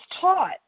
taught